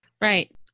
Right